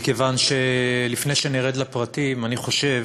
מכיוון שאני חושב,